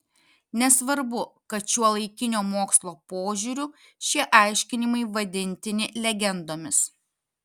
nesvarbu kad šiuolaikinio mokslo požiūriu šie aiškinimai vadintini legendomis